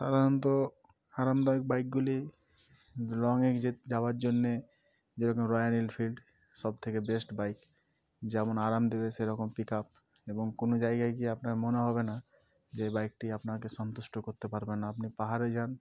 সাধারণত আরামদায়ক বাইকগুলি রঙে যে যাওয়ার জন্যে যেরকম রয়্যাল এনফিল্ড সব থেকে বেস্ট বাইক যেমন আরাম দেবে সেরকম পিক আপ এবং কোনো জায়গায় গিয়ে আপনার মনে হবে না যে বাইকটি আপনাকে সন্তুষ্ট করতে পারবে না আপনি পাহাড়ে যান